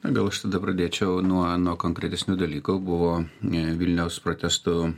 gal aš tada pradėčiau nuo nuo konkretesnių dalykų buvo vilniaus protesto